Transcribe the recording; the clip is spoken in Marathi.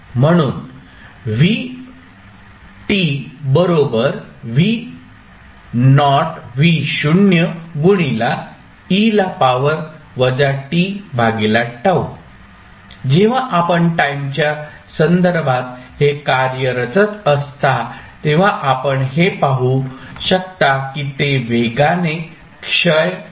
म्हणून जेव्हा आपण टाईमच्या संदर्भात हे कार्य रचत असता तेव्हा आपण हे पाहू शकता की ते वेगाने क्षय होत आहे